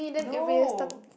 no